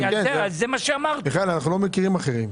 מיכאל, אנחנו לא מכירים אחרים.